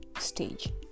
stage